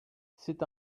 c’est